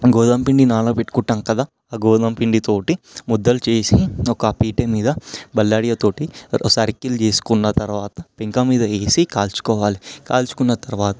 గోధుమ పిండి నానపెట్టుకుంటాము కదా ఆ గోధుమ పిండితో ముద్దలు చేసి ఒక పీట మీద బల్లాడియాతో సర్కిల్ చేసుకున్న తరువాత పెంక మీద వేసి కాల్చుకోవాలి కాల్చుకున్న తరువాత